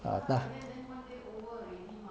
a'ah 大